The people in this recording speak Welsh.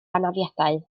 anafiadau